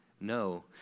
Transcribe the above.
No